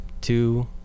two